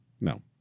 no